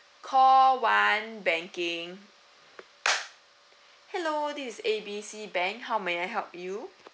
call one banking hello this is A B C bank how may I help you